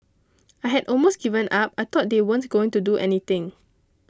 I had almost given up I thought they weren't going to do anything